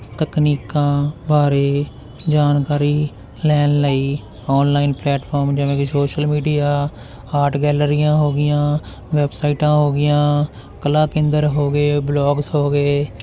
ਤਕਨੀਕਾਂ ਬਾਰੇ ਜਾਣਕਾਰੀ ਲੈਣ ਲਈ ਔਨਲਾਈਨ ਪਲੈਟਫਾਰਮ ਜਿਵੇਂ ਕਿ ਸੋਸ਼ਲ ਮੀਡੀਆ ਆਰਟ ਗੈਲਰੀਆਂ ਹੋ ਗਈਆਂ ਵੈਬਸਾਈਟਾਂ ਹੋ ਗਈਆਂ ਕਲਾ ਕੇਂਦਰ ਹੋ ਗਏ ਵਲੋਗਸ ਹੋ ਗਏ